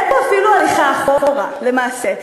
אין פה אפילו הליכה אחורה למעשה,